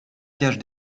cage